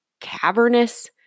cavernous